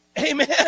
Amen